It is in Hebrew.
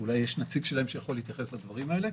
אולי יש נציג שלהם שיכול להתייחס לדברים האלה,